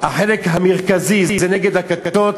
החלק המרכזי זה נגד הכתות